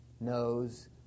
knows